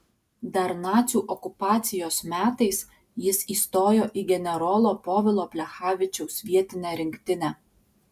dar nacių okupacijos metais jis įstojo į generolo povilo plechavičiaus vietinę rinktinę